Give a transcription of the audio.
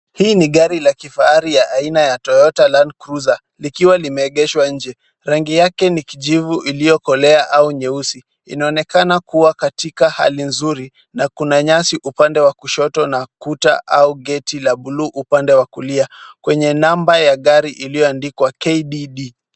Hii ni gari la kifahari ya aina ya toyota landcruiser, likiwa limeegeshwa nje. Rangi yake ni kijivu iliyokolea au nyeusi, inaonekana kuwa katika hali nzuri na kuna nyasi upande wa kushoto na kuta au gate la buluu upande wa kulia, kwenye namba ya gari iliyoandikwa KDD.